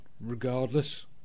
regardless